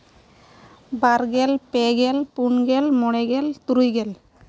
ᱵᱟᱨᱜᱮᱞ ᱯᱮᱜᱮᱞ ᱯᱩᱱᱜᱮᱞ ᱢᱚᱬᱮ ᱜᱮᱞ ᱛᱩᱨᱩᱭ ᱜᱮᱞ